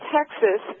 Texas